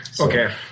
Okay